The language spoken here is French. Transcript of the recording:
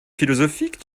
philosophique